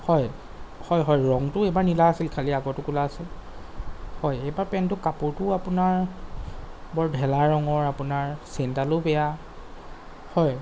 হয় হয় হয় ৰঙটো এইবাৰ নীলা আছিল খালী আগৰটো ক'লা আছিল হয় এইবাৰ পেণ্টটো কাপোৰটো আপোনাৰ বৰ ঢেলা ৰঙৰ আপোনাৰ চেইনডালো বেয়া হয়